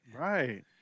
Right